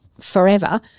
forever